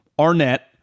Arnett